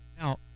Now